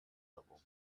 level